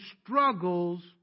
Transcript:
struggles